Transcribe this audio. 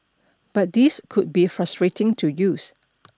but these could be frustrating to use